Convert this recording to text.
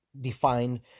defined